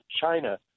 China